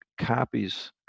copies